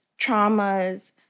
traumas